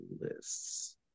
lists